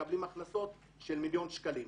מקבלים הכנסות של מיליון שקלים.